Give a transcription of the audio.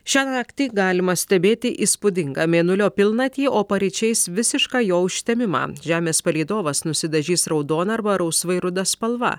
šią naktį galima stebėti įspūdingą mėnulio pilnatį o paryčiais visišką jo užtemimą žemės palydovas nusidažys raudona arba rausvai ruda spalva